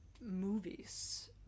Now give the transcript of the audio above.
movies